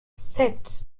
sept